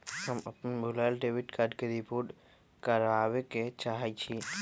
हम अपन भूलायल डेबिट कार्ड के रिपोर्ट करावे के चाहई छी